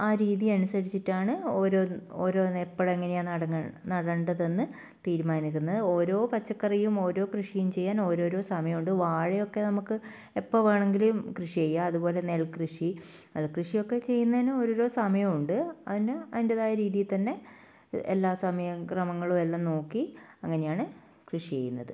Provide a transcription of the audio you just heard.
ആ രീതി അനുസരിച്ചിട്ടാണ് ഓരോന്ന് ഓരോന്ന് എപ്പോഴാ എങ്ങനെയാ നടേണ്ടതെന്ന് തീരുമാനിക്കുന്നത് ഓരോ പച്ചക്കറിയും ഓരോ കൃഷിയും ചെയ്യാൻ ഓരോരോ സമയമുണ്ട് വാഴയൊക്കെ നമുക്ക് എപ്പോൾ വേണമെങ്കിലും കൃഷി ചെയ്യാം അത്പോലെ നെൽ കൃഷി നെൽ കൃഷിയൊക്കെ ചെയ്യുന്നതിന് ഓരോരോ സമയമുണ്ട് അതിന് അതിൻ്റെതായ രീതിയിൽ തന്നെ എല്ലാ സമയം ക്രമങ്ങളും എല്ലാം നോക്കി അങ്ങനെയാണ് കൃഷി ചെയ്യുന്നത്